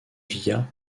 via